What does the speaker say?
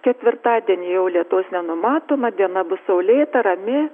ketvirtadienį jau lietaus nenumatoma diena bus saulėta rami